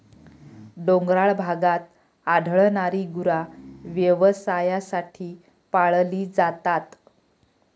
डोंगराळ भागात आढळणारी गुरा व्यवसायासाठी पाळली जातात